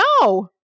No